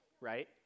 right